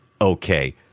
okay